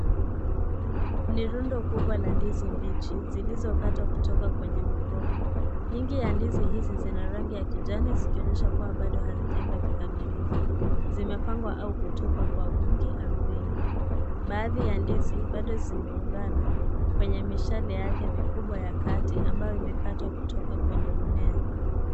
Ni rundo kubwa la ndizi mbichi zilizokatwa kutoka kwenye mgomba. Nyingi ya ndizi hizi zina rangi ya kijani zikionyesha kuwa bado hazijaiva kikamilifu. Zimepangwa au kutupwa kwa wingi ardhini. Baadhi ya ndizi bado zimeungana kwenye mishale yake ya kati ambayo imekatwa kutoka kwa mimea.